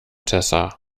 tessa